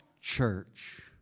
church